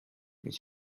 mich